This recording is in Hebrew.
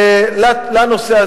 השרים,